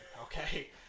okay